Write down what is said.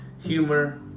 humor